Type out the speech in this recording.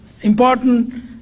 Important